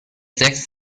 sechs